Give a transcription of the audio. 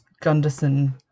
gunderson